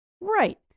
Right